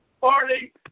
party